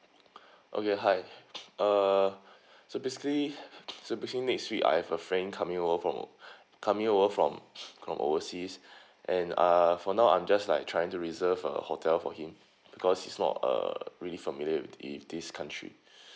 okay hi uh so basically so basically next week I have a friend coming over from coming over from from overseas and ah for now I'm just like trying to reserve a hotel for him because he's not uh really familiar with if this country